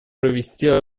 провести